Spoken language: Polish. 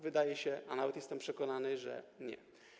Wydaje mi się, a nawet jestem przekonany, że nie.